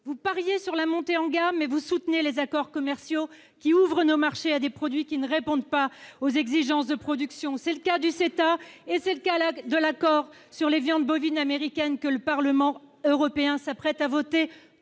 Vous pariez sur la montée en gamme, mais vous soutenez les accords commerciaux qui ouvrent nos marchés à des produits ne répondant pas aux exigences de production. Je pense au CETA et à l'accord sur les viandes bovines américaines que le Parlement européen s'apprête à voter